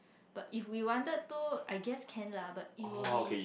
but if we wanted to I guess can lah but it will be